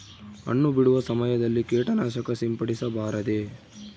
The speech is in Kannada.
ಹಣ್ಣು ಬಿಡುವ ಸಮಯದಲ್ಲಿ ಕೇಟನಾಶಕ ಸಿಂಪಡಿಸಬಾರದೆ?